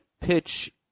pitch